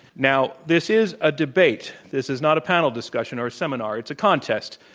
now, this is a debate. this is not a panel discussion or a seminar. it's a contest.